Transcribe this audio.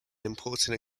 important